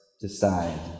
decide